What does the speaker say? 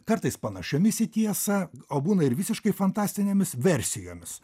kartais panašiomis į tiesą o būna ir visiškai fantastinėmis versijomis